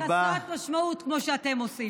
חסרת משמעות, כמו שאתם עושים.